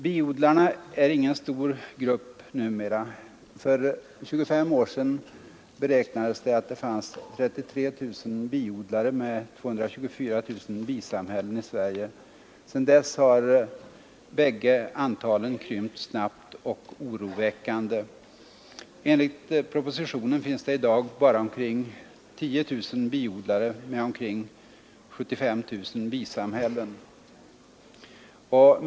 Biodlarna är ingen stor grupp numera. För 25 år sedan beräknades det att det fanns 33 000 biodlare med 224 000 bisamhällen i Sverige. Sedan dess har dessa bägge antal krympt snabbt och oroväckande. Enligt propositionen finns det i dag bara omkring 10 000 biodlare med omkring 75 000 bisamhällen.